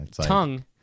tongue